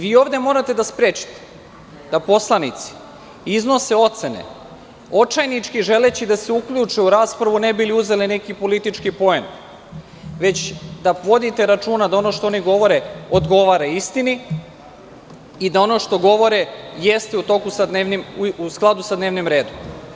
Vi ovde morate da sprečite da poslanici iznose ocene, očajnički želeći da se uključe u raspravu ne bi ili uzeli neki politički poen, već da vodite računa da ono što oni govore odgovara istini i da ono što govore jeste u skladu sa dnevnim redom.